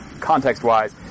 context-wise